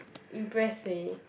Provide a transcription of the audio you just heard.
impress 谁